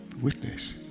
witness